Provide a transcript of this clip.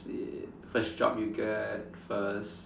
first job you get first